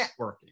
networking